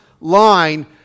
line